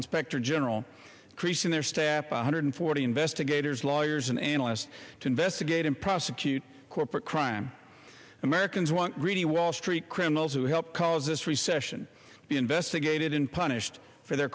inspector general creasing their staff one hundred forty investigators lawyers and analysts to investigate and prosecute corporate crime americans want greedy wall street criminals who helped cause this recession be investigated in punished for their